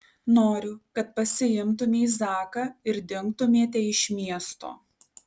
noriu kad pasiimtumei zaką ir dingtumėte iš miesto